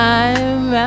Time